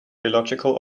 illogical